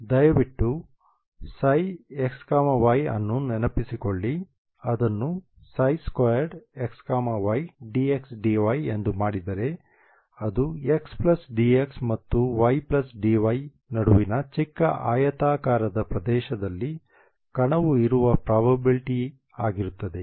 ದಯವಿಟ್ಟು ψxy ಅನ್ನು ನೆನಪಿಸಿಕೊಳ್ಳಿ ಅದನ್ನು ψ2xydxdy ಎಂದು ಮಾಡಿದರೆ ಅದು x dx ಹಾಗೂ y dy ನಡುವಿನ ಚಿಕ್ಕ ಆಯತಾಕಾರದ ಪ್ರದೇಶದಲ್ಲಿ ಕಣವು ಇರುವ ಪ್ರಾಬಬಿಲಿಟಿ ಆಗಿರುತ್ತದೆ